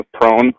prone